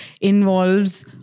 involves